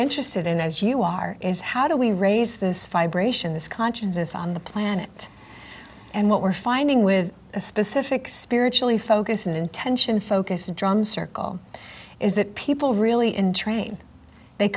interested in as you are is how do we raise this fibrilation this consciousness on the planet and what we're finding with a specific spiritually focus and intention focus drum circle is that people really in train they